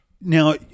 now